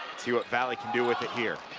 see what valley can do with it here